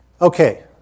Okay